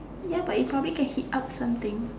ya but you probably can heat up something